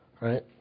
Right